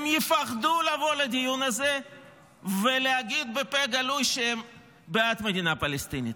הם יפחדו לבוא לדיון הזה ולהגיד בפה גלוי שהם בעד מדינה פלסטינית.